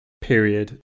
period